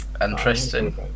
Interesting